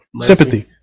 sympathy